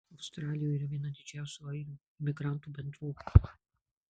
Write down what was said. australijoje yra viena didžiausių airių imigrantų bendruomenių